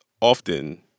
often